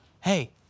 Hey